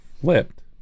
flipped